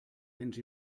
béns